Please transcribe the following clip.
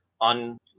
on